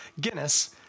Guinness